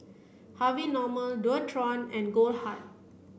Harvey Norman Dualtron and Goldheart